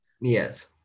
Yes